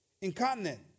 incontinent